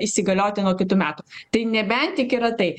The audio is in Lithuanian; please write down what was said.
įsigalioti nuo kitų metų tai nebent tik yra tai